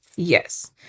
Yes